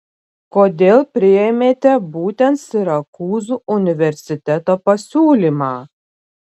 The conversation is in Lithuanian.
kodėl priėmėte būtent sirakūzų universiteto pasiūlymą